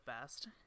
best